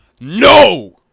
No